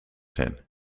ten